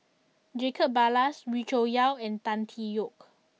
Jacob Ballas Wee Cho Yaw and Tan Tee Yoke